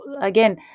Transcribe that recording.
again